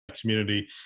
community